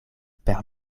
per